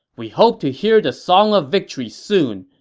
we hope to hear the song of victory soon.